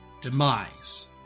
Demise